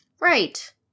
Right